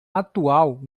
atual